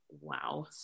wow